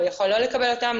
הוא יכול לא לקבל אותן.